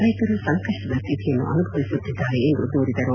ರೈತರು ಸಂಕಷ್ಷದ ಸ್ವಿತಿಯನ್ನು ಅನುಭವಿಸುತ್ತಿದ್ದಾರೆ ಎಂದು ದೂರಿದರು